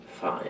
fine